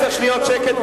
עשר שניות שקט,